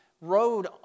rode